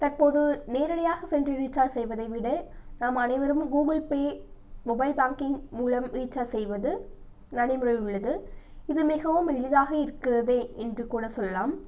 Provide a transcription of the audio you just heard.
தற்பொழுது நேரடியாக சென்று ரீசார்ஜ் செய்வதை விட நாம் அனைவரும் கூகுள் பே மொபைல் பேங்கிங் மூலம் ரீசார்ஜ் செய்வது நடைமுறையில் உள்ளது இது மிகவும் எளிதாக இருக்கிறது என்று கூட சொல்லலாம்